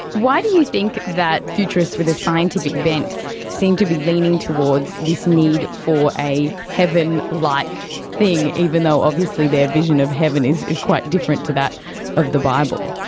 why do you think that futurists with a scientific bent seem to be leaning towards this need for a heaven-like like thing, even though obviously their vision of heaven is is quite different to that of the bible?